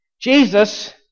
Jesus